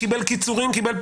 קיבל קיצורים וכולי,